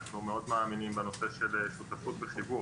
אנחנו מאוד מאמינים בנושא של שותפות וחיבור,